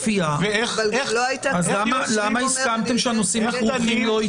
ולמה הסכמתם שהנושאים הכרוכים לא יידונו?